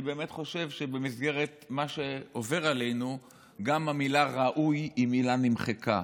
אני באמת חושב שבמסגרת מה שעובר עלינו גם המילה "ראוי" היא מילה שנמחקה.